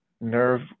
nerve